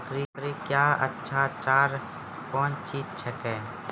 बकरी क्या अच्छा चार कौन चीज छै के?